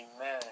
Amen